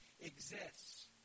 exists